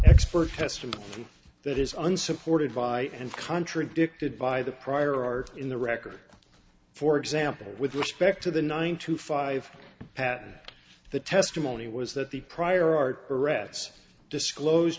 expert testimony that is unsupported by and contradicted by the prior art in the record for example with respect to the nine to five pat the testimony was that the prior art arrests disclosed